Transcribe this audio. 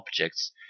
objects